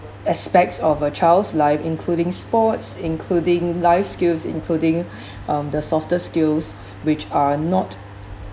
aspects of a child's life including sports including life skills including um the softer skills which are not